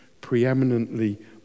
preeminently